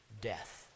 death